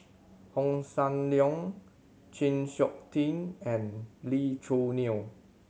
Hossan Leong Chng Seok Tin and Lee Choo Neo